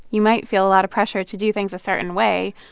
you might feel a lot of pressure to do things a certain way,